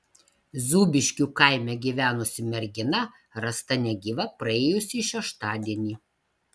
zūbiškių kaime gyvenusi mergina rasta negyva praėjusį šeštadienį